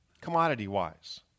commodity-wise